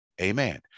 Amen